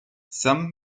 some